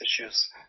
issues